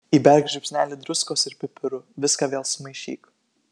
įberk žiupsnelį druskos ir pipirų viską vėl sumaišyk